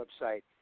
website